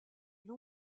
non